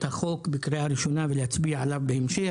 החוק בקריאה ראשונה ולהצביע עליו בהמשך.